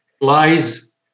lies